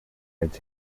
fets